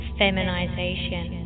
feminization